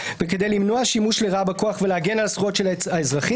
שנים מנסים להסדיר את זה.